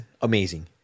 amazing